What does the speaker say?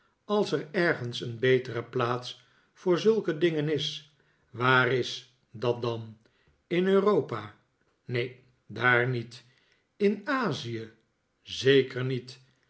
als er ergens een betere plaats voor zulke dingen is waar is dat dan in europa neen daar niet in azie zeker niet